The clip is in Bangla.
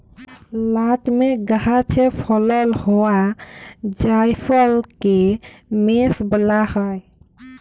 লাটমেগ গাহাচে ফলল হউয়া জাইফলকে মেস ব্যলা হ্যয়